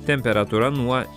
temperatūra nuo